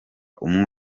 umwotsi